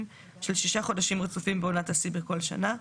של שישה חודשים רצופים בעונת השיא בכל שנה,